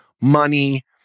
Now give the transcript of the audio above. money